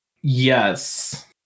yes